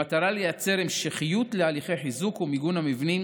במטרה לייצר המשכיות להליכי חיזוק ומיגון המבנים